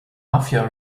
mafia